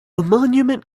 monument